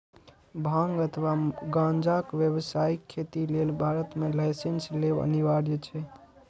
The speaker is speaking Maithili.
भांग अथवा गांजाक व्यावसायिक खेती लेल भारत मे लाइसेंस लेब अनिवार्य छै